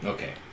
Okay